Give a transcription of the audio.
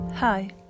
Hi